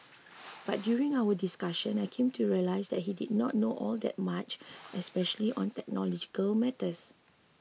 but during our discussion I came to realise that he did not know all that much especially on technological matters